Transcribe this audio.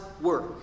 work